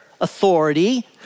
authority